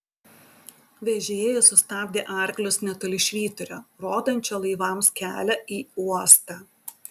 vežėjas sustabdė arklius netoli švyturio rodančio laivams kelią į uostą